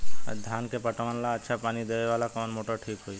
धान के पटवन ला अच्छा पानी देवे वाला कवन मोटर ठीक होई?